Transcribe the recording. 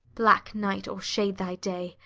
black night o'ershade thy day,